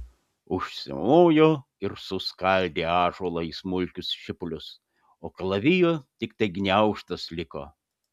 užsimojo ir suskaldė ąžuolą į smulkius šipulius o kalavijo tiktai gniaužtas liko